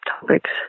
topics